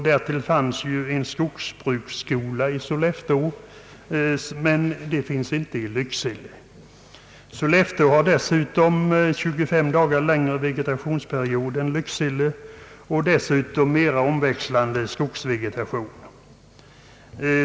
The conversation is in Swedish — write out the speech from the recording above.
Därtill finns en skogsbruksskola i Sollefteå, men inte i Lycksele. Sollefteå har dessutom 25 dagar längre vegetationsperiod och en mer omväxlande skogsvegetation.